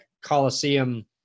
coliseum